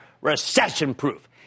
Recession-proof